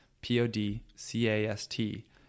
P-O-D-C-A-S-T